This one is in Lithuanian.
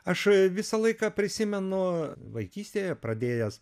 aš visą laiką prisimenu vaikystėje pradėjęs